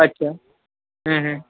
अच्छा